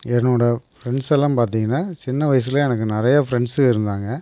என்னோட ஃப்ரெண்ட்ஸ் எல்லாம் பார்த்திங்கன்னா சின்ன வயசுல எனக்கு நிறைய ஃப்ரெண்ட்ஸு இருந்தாங்க